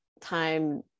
time